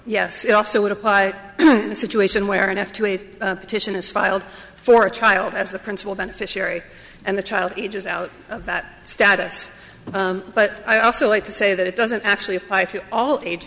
yes it also would apply in the situation where enough to a petition is filed for a child as the principal beneficiary and the child ages out of that status but i also like to say that it doesn't actually apply to all age